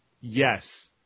Yes